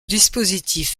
dispositif